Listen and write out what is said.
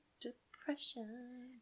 depression